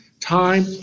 Time